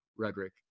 rhetoric